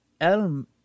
El